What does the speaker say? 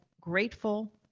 grateful